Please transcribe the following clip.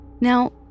Now